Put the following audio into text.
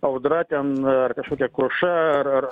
audra ten ar kažkokia kruša ar ar